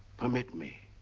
permit me.